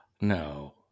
no